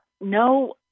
no